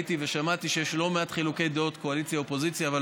ראיתי ושמעתי שיש לא מעט חילוקי דעות של אופוזיציה וקואליציה,